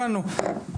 הבנו,